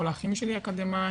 כל האחים שלי אקדמאים.